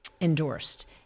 endorsed